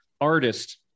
artist